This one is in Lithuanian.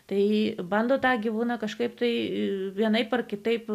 tai bando tą gyvūną kažkaip tai vienaip ar kitaip